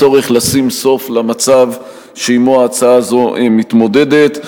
הצורך לשים סוף למצב שעמו הצעה זו מתמודדת.